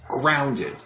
grounded